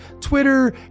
Twitter